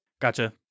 Gotcha